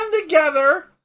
together